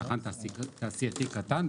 צרכן תעשייתי קטן,